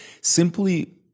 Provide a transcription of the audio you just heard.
simply